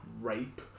rape